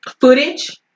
footage